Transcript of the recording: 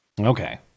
Okay